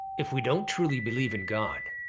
if we don't truly believe in god,